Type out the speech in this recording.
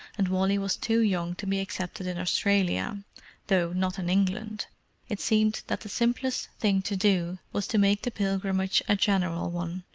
and wally was too young to be accepted in australia though not in england it seemed that the simplest thing to do was to make the pilgrimage a general one,